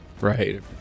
Right